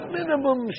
Minimum